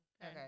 Okay